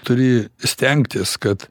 turi stengtis kad